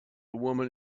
woman